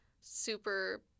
super